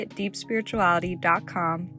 deepspirituality.com